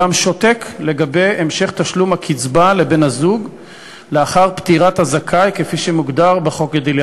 לאלו שהיו זכאים ערב פטירתם מכוח סעיפים 4ג או סעיף 4ד,